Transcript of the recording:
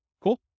Cool